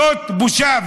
זאת בושה.